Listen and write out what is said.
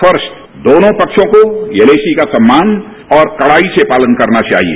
first दोनों पक्षों को एलएसी का सम्मान और कड़ाई से पालन करना चाहिए